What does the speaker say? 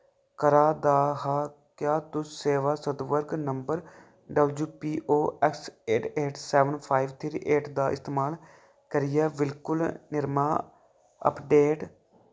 करा दा हा क्या तुस सेवा सदबर्ग number W P O X eight eight seven five three eight दा इस्तेमाल करियै बिलकुल निरमा अपडेट